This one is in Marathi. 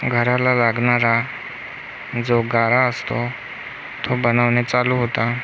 घराला लागणारा जो गारा असतो तो बनवणे चालू होता